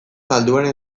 zalduaren